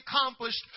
accomplished